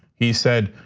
he said,